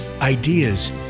ideas